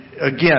again